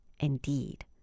Indeed